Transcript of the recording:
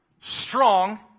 strong